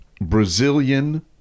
Brazilian